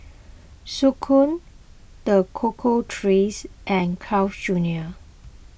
Snek Ku the Cocoa Trees and Carl's Junior